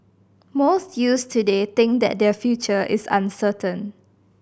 most youths today think that their future is uncertain